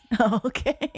Okay